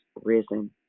risen